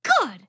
good